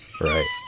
Right